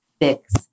fix